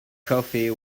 coffee